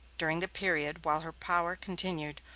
during the period while her power continued,